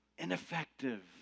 Ineffective